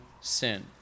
sin